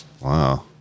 Wow